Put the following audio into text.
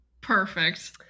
perfect